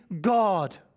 God